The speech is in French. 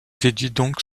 dédie